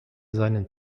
seinen